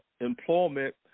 employment